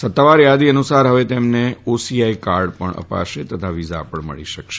સત્તાવાર થાદી અનુસાર હવે તેમને ઓસીઆઈ કાર્ડ પણ અપાશે અને વીઝા પણ મળી શકશે